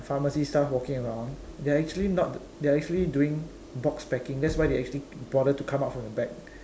pharmacy staff walking around they are actually not they are actually doing box packing that's why they actually bother to come out from the back